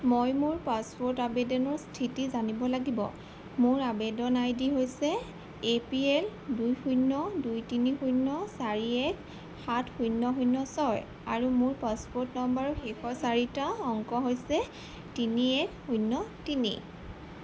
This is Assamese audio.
মই মোৰ পাছপোৰ্ট আবেদনৰ স্থিতি জানিব লাগিব মোৰ আবেদন আই ডি হৈছে এ পি এল দুই শূন্য দুই তিনি শূন্য চাৰি এক সাত শূন্য শূন্য ছয় আৰু মোৰ পাছপোৰ্ট নম্বৰৰ শেষৰ চাৰিটা অংক হৈছে তিনি এক শূন্য তিনি